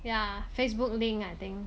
ya facebook link I think